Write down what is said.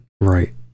right